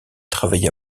travaillé